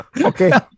Okay